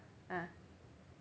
ah